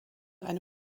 eine